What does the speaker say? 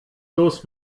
los